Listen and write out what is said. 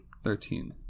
Thirteen